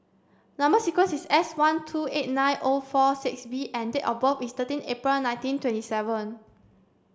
number sequence is S one two eight nine O four six B and date of birth is thirty April nineteen twenty seven